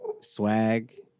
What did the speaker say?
swag